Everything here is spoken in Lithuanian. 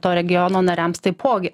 to regiono nariams taipogi